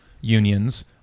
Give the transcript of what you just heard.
unions